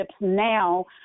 now